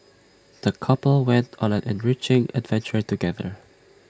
the couple went on an enriching adventure together